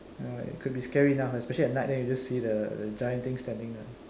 ya it could be scary enough especially at night then you just see the the giant thing standing there